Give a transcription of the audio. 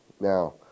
Now